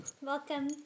Welcome